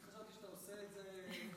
חשבתי שאתה עושה את זה,